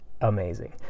amazing